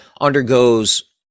undergoes